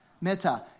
Meta